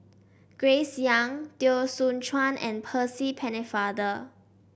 Grace Young Teo Soon Chuan and Percy Pennefather